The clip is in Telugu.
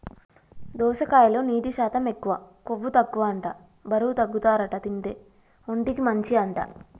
దోసకాయలో నీటి శాతం ఎక్కువ, కొవ్వు తక్కువ అంట బరువు తగ్గుతారట తింటే, ఒంటికి మంచి అంట